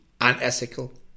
unethical